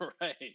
right